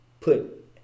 put